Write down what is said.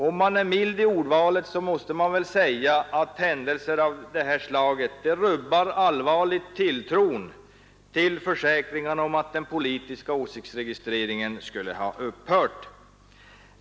Om man är mild i ordvalet kan man väl säga att händelser av det här slaget allvarligt rubbar tilltron till försäkringarna om att den politiska åsiktsregistreringen skulle ha upphört.